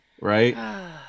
right